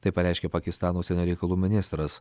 tai pareiškė pakistano užsienio reikalų ministras